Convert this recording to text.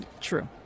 true